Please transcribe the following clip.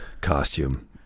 costume